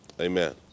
Amen